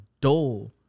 dull